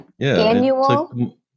annual